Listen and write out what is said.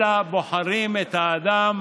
אלא בוחרים את האדם